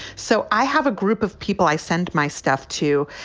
so i have a group of people i send my stuff to.